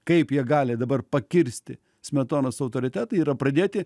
kaip jie gali dabar pakirsti smetonos autoritetą yra pradėti